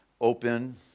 open